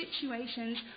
situations